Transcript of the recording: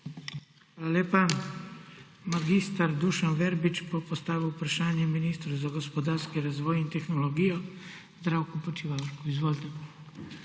Hvala lepa. Mag. Dušan Verbič bo postavil vprašanje ministru za gospodarski razvoj in tehnologijo Zdravku Počivalšku. Izvolite.